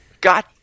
God